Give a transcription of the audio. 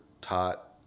taught